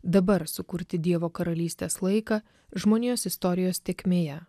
dabar sukurti dievo karalystės laiką žmonijos istorijos tėkmėje